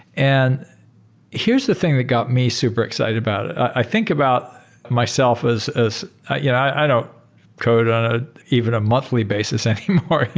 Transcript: and here's the thing that got me super excited about it. i think about myself as as yeah i don't code on ah even a monthly basis anymore.